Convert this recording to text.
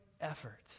effort